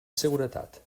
seguretat